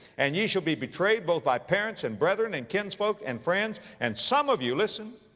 and ye shall be betrayed both by parents, and brethren, and kinsfolk, and friends and some of you, listen,